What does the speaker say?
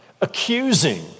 accusing